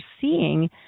seeing